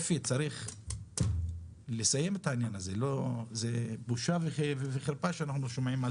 אפי צריך לסיים את העניין הזה זה בושה וחרפה שאנחנו שומעים על